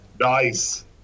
Nice